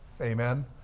Amen